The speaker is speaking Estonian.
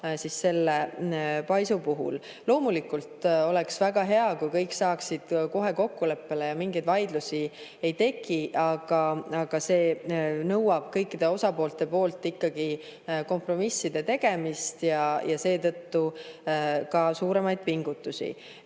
ka selle paisu puhul. Loomulikult oleks väga hea, kui kõik saaksid kohe kokkuleppele ja mingeid vaidlusi ei tekiks, aga see nõuab kõikidelt osapooltelt kompromisside tegemist ja seetõttu ka suuremaid pingutusi. Mis